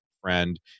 friend